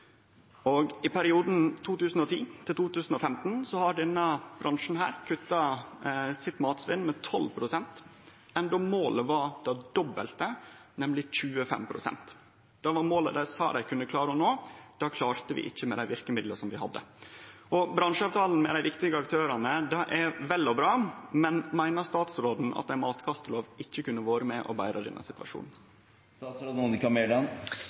I perioden 2010–2015 har denne bransjen kutta sitt matsvinn med 12 pst., sjølv om målet var det dobbelte, nemleg 25 pst. Det var eit mål dei sa dei kunne klare å nå, men dei klarte det ikkje med dei verkemidla som vi hadde. Bransjeavtale med dei viktige aktørane er vel og bra, men meiner statsråden at ei matkastelov ikkje kunne vore med og betra denne